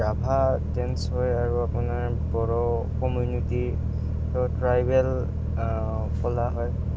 Rabha dance হয় আৰু আপোনাৰ বড়ো কমিউনিটি ট্ৰাইবেল কলা হয়